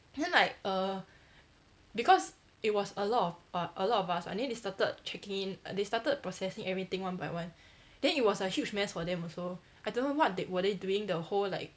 then like err because it was a lot of uh a lot of us [what] then they started checking in they started processing everything one by one then it was a huge mess for them also I don't know what they were they doing the whole like